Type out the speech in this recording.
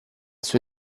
suo